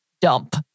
dump